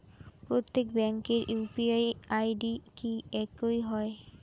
প্রত্যেক ব্যাংকের UPI ID কি একই হয়?